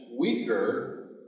weaker